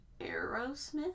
Aerosmith